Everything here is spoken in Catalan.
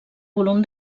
volum